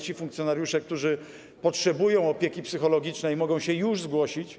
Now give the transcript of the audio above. Ci funkcjonariusze, którzy potrzebują opieki psychologicznej, mogą się już zgłaszać.